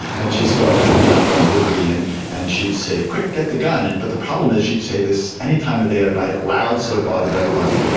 and she saw a john wayne movie and and she'd say, quick, get the gun! and but the problem is she'd say this any time of day or night, loud, so it bothered everybody.